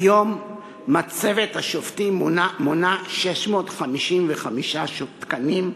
כיום מצבת השופטים מונה 655 תקנים,